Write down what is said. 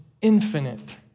infinite